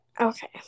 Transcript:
Okay